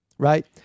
Right